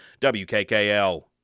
WKKL